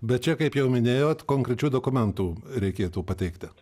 bet čia kaip jau minėjot konkrečių dokumentų reikėtų pateikti